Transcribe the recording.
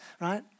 right